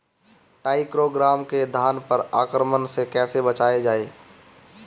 टाइक्रोग्रामा के धान पर आक्रमण से कैसे बचाया जाए?